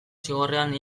zigorrean